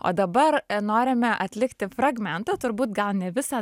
o dabar norime atlikti fragmentą turbūt gal ne visą